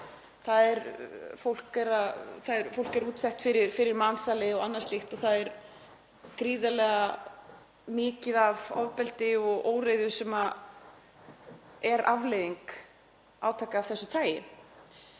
að gerast. Fólk er útsett fyrir mansali og annað slíkt og það er gríðarlega mikið af ofbeldi og óreiðu sem er afleiðing átaka af þessu tagi.